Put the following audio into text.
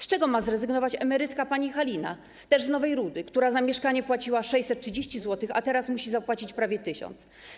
Z czego ma zrezygnować emerytka pani Halina, też z Nowej Rudy, która za mieszkanie płaciła 630 zł, a teraz musi zapłacić prawie 1 tys.